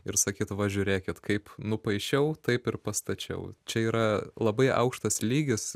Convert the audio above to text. ir sakyt va žiūrėkit kaip nupaišiau taip ir pastačiau čia yra labai aukštas lygis